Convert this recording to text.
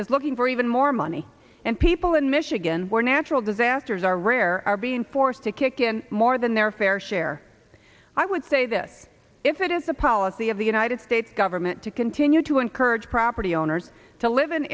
is looking for even more money and people in michigan for natural disasters are rare are being forced to kick in more than their fair share i would say this if it is the policy of the united states government to continue to encourage property owners to live in